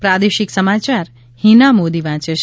પ્રાદેશિક સમાચાર હિના મોદી વાંચે છે